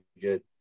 good